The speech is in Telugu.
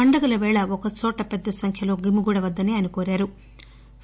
పండుగల పేళ ఒక చోట పెద్ద సంఖ్యలో గుమిగూడవద్దని ఆయన కోరారు